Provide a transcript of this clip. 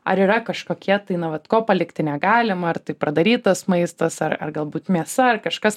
ar yra kažkokie tai nu vat ko palikti negalima ar tai pradarytas maistas ar ar galbūt mėsa ar kažkas